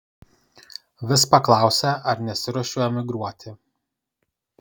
vis paklausia ar nesiruošiu emigruoti